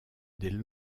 des